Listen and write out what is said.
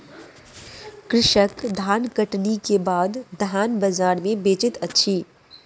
कृषक धानकटनी के बाद धान बजार में बेचैत अछि